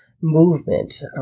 movement